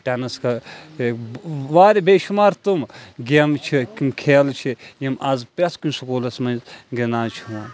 tennis کَرو واریاہ بیشُمار تِم گیمہٕ چھِ کھیلہٕ چھِ یِم اَز پرٛیٚتھ کُنۍ سکوٗلَس منٛز گِنٛدان چھِ یوان